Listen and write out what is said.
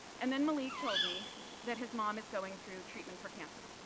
and then malek told me that his mom is going through treatment for cancer.